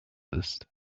ist